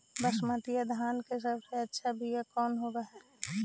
बसमतिया धान के सबसे अच्छा बीया कौन हौब हैं?